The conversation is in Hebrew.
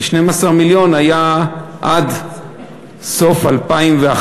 כי 12 מיליון היו עד סוף 2011,